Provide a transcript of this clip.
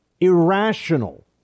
irrational